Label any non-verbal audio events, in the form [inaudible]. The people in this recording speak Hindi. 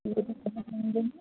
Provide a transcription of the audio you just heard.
[unintelligible]